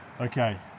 Okay